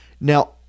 Now